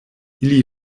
ili